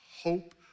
hope